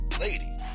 Lady